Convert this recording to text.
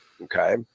Okay